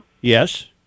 Yes